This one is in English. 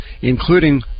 including